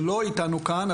שלא אתנו כאן,